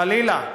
חלילה.